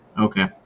okay